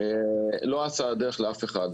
לא אצה הדרך לאף אחד.